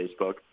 Facebook